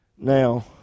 Now